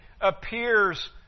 appears